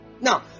Now